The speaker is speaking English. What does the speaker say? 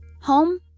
home